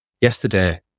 Yesterday